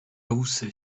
housset